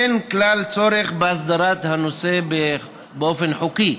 אין כלל צורך בהסדרת הנושא באופן חוקי.